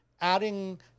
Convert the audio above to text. adding